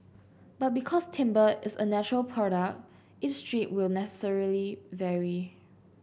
but because timber is a natural product each strip will necessarily vary